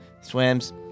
Swims